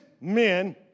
men